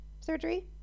surgery